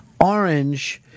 orange